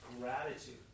Gratitude